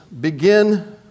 begin